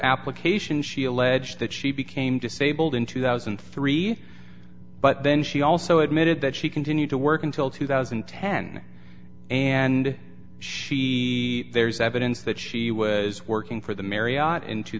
application she alleged that she became disabled in two thousand and three but then she also admitted that she continued to work until two thousand and ten and she there's evidence that she was working for the